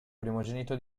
primogenito